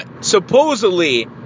supposedly